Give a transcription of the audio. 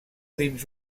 dins